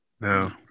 No